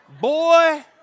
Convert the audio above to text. Boy